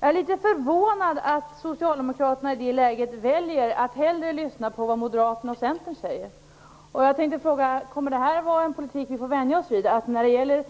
Jag är litet förvånad över att Socialdemokraterna i det läget väljer att hellre lyssna på vad Moderaterna och Centern säger, och jag tänkte fråga: Kommer det här att vara en politik som vi får vänja oss vid, att när det gäller